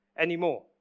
anymore